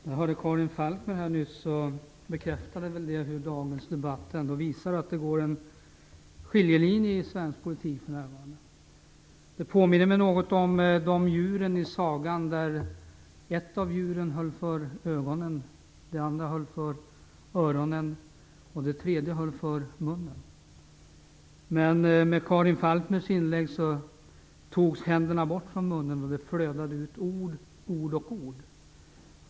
Herr talman! När jag hörde Karin Falkmer nyss bekräftade det hur dagens debatt visar att det för närvarande går en skiljelinje i svensk politik. Det påminner mig något om djuren i sagan. Ett av djuren höll för ögonen, det andra höll för öronen och det tredje höll för munnen. Men med Karin Falkmers inlägg togs händerna bort från munnen och det flödade ut ord på ord.